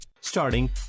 Starting